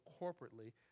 corporately